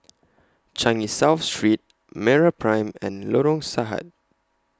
Changi South Street Meraprime and Lorong Sahad